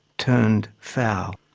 turned foul.